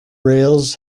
rails